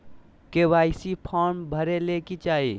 KYC form भरे ले कि चाही?